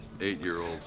Eight-year-old